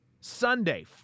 Sunday